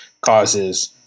causes